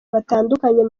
batandukanye